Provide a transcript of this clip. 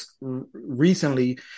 recently